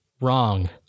wrong